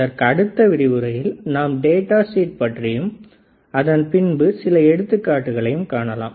இதற்கு அடுத்த விரிவுரையில் நாம் டேட்டா சீட் பற்றியும் அதன் பின்பு சில எடுத்துக்காட்டுகளையும் காணலாம்